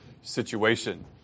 situation